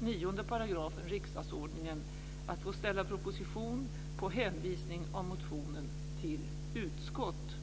9 § riksdagsordningen att få ställa proposition på hänvisning av motionen till utskott.